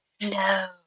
No